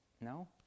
no